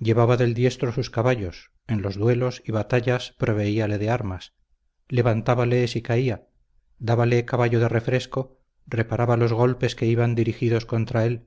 llevaba del diestro sus caballos en los duelos y batallas proveíale de armas levantábale si caía dábale caballo de refresco reparaba los golpes que iban dirigidos contra él